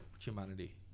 Humanity